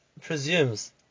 presumes